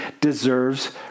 deserves